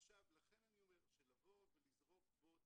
לכן אני אומר שלבוא ולזרוק בוץ,